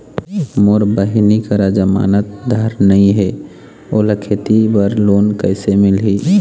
मोर बहिनी करा जमानतदार नई हे, ओला खेती बर लोन कइसे मिलही?